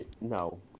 No